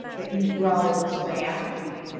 that you growl this way after me?